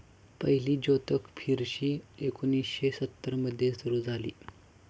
पहिली जोतक फिशरी एकोणीशे सत्तर मध्ये सुरू झाली